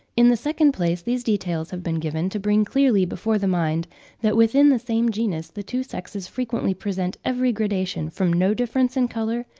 in the second place, these details have been given to bring clearly before the mind that within the same genus, the two sexes frequently present every gradation from no difference in colour,